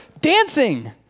dancing